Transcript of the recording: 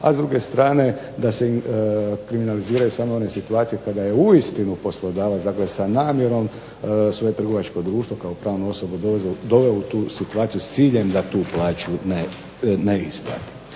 a s druge strane da se kriminaliziraju samo one situacije kada je uistinu poslodavac dakle sa namjerom svoje trgovačko društvo kao pravnu osobu doveo u tu situaciju s ciljem da tu plaću ne isplati.